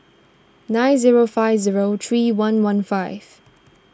nine zero five zero three one one five